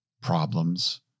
problems